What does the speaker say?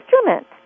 instrument